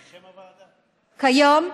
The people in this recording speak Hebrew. והיום,